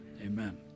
amen